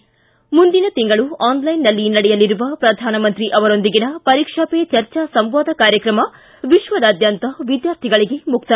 ಿ ಮುಂದಿನ ತಿಂಗಳು ಆನ್ಲೈನ್ನಲ್ಲಿ ನಡೆಯಲಿರುವ ಪ್ರಧಾನಮಂತ್ರಿ ಅವರೊಂದಿಗಿನ ಪರೀಕ್ಷಾ ಪೇ ಚರ್ಚಾ ಸಂವಾದ ಕಾರ್ಯಕ್ರಮ ವಿಶ್ವದಾದ್ಯಂತ ವಿದ್ವಾರ್ಥಿಗಳಿಗೆ ಮುಕ್ತ